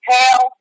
Hell